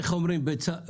איך אומרים ביצה בארמית?